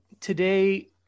Today